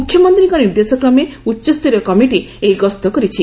ମୁଖ୍ୟମନ୍ତୀଙ୍କ ନିର୍ଦ୍ଦେଶକ୍ରମେ ଉଚ୍ଚସ୍ତରୀୟ କମିଟି ଏହି ଗସ୍ତ କରିଛି